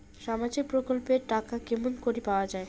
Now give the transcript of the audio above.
সামাজিক প্রকল্পের টাকা কেমন করি পাওয়া যায়?